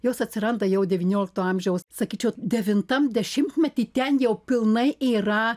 jos atsiranda jau devyniolikto amžiaus sakyčiau devintam dešimtmety ten jau pilnai yra